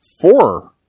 four